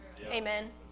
Amen